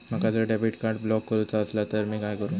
माका जर debit card block करूचा असला तर मी काय करू?